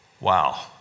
wow